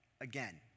again